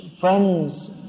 friends